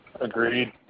Agreed